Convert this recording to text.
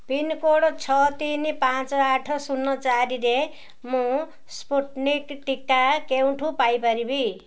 pincode ଛଅ ତିନି ପାଞ୍ଚ ଆଠ ଶୂନ ଚାରିରେ ମୁଁ ସ୍ପୁଟନିକ୍ ଟିକା କେଉଁଠୁ ପାଇପାରିବି